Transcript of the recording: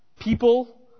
people